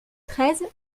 treize